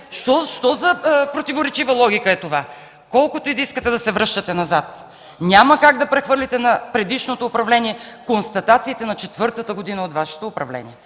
госпожо Нинова! КОРНЕЛИЯ НИНОВА: Колкото и да искате да се връщате назад, няма как да прехвърлите на предишното управление констатациите на четвъртата година от Вашето управление.